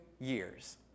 years